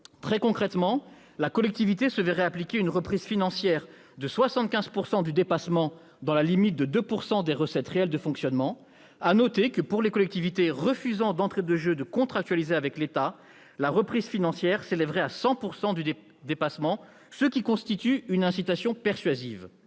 Très concrètement, la collectivité se verrait appliquer une reprise financière de 75 % du dépassement, dans la limite de 2 % des recettes réelles de fonctionnement. Il faut noter que pour les collectivités refusant d'entrée de jeu de contractualiser avec l'État, la reprise financière s'élèverait à 100 % du dépassement, ce qui constitue une incitation persuasive.